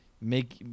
make